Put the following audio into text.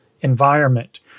environment